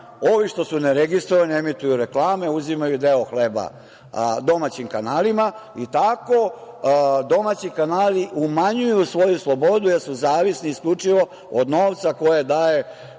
Ovi što su neregistrovani emituju reklame, uzimaju deo hleba domaćim kanalima i tako domaći kanali umanjuju svoju slobodu jer su zavisni isključivo od novca koji daje,